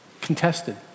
Contested